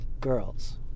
girls